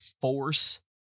Force